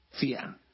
Fear